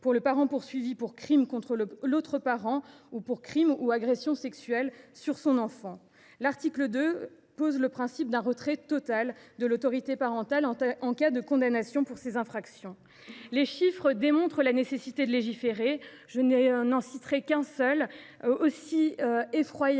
du parent poursuivi pour crime contre l’autre parent ou pour crime ou agression sexuelle commis sur son enfant. L’article 2 pose le principe d’un retrait total de l’autorité parentale en cas de condamnation pour ces infractions. Les chiffres démontrent la nécessité de légiférer. Je n’en citerai qu’un seul, aussi effroyable